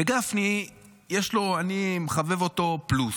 וגפני, אני מחבב אותו פלוס.